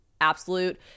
absolute